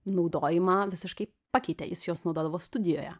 naudojimą visiškai pakeitė jis juos naudodavo studijoje